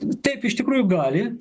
taip iš tikrųjų gali